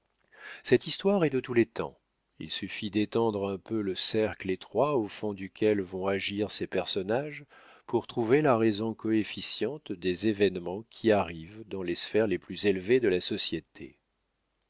cette histoire est de tous les temps il suffit d'étendre un peu le cercle étroit au fond duquel vont agir ces personnages pour trouver la raison coefficiente des événements qui arrivent dans les sphères les plus élevées de la société